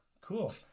Cool